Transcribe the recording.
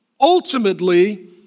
ultimately